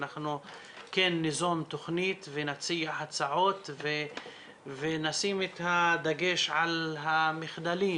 אנחנו כן ניזום תוכנית ונציע הצעות ונשים את הדגש על המחדלים